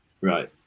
Right